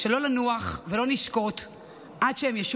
כבוד היושב-ראש,